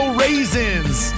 raisins